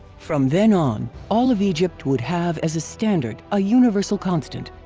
from then on, all of egypt would have as a standard a universal constant,